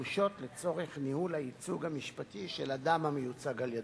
הדרושות לצורך ניהול הייצוג המשפטי של אדם המיוצג על-ידה.